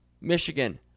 Michigan